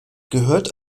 gehört